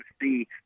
see